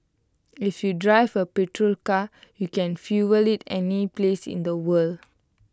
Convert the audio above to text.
if you drive A petrol car you can fuel IT any place in the world